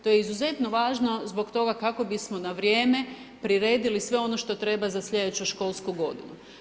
To je izuzetno važno zbog toga kako bismo na vrijeme priredili sve ono što treba za sljedeću školsku godinu.